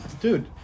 dude